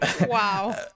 Wow